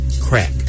Crack